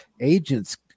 agents